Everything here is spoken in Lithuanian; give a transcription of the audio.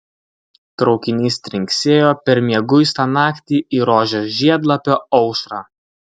traukinys trinksėjo per mieguistą naktį į rožės žiedlapio aušrą